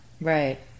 Right